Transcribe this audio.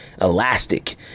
elastic